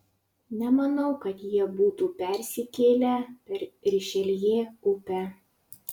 nemanau kad jie būtų persikėlę per rišeljė upę